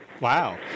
Wow